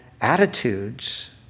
attitudes